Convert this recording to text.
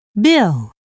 Bill